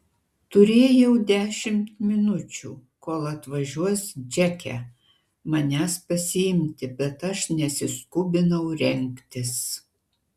turėjau dešimt minučių kol atvažiuos džeke manęs pasiimti bet aš nesiskubinau rengtis